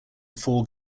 four